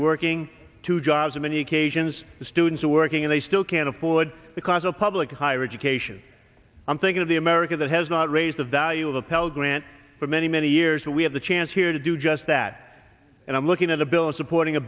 working two jobs in many occasions the students are working and they still can't afford the cost of public higher education i'm thinking of the america that has not raised the value of the pell grant for many many years and we have the chance here to do just that and i'm looking at a bill supporting a